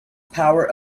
power